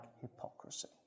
hypocrisy